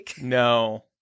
No